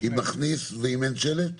אם מכניס ואם אין שלט?